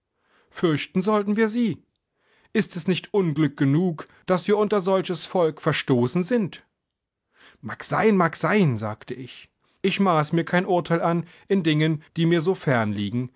fürchten sollten wir sie ist es nicht unglück genug daß wir unter solches volk verstoßen sind mag sein mag sein sagte ich ich maße mir kein urteil an in dingen die mir so fern liegen